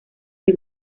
que